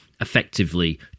effectively